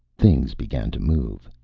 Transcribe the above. things began to move.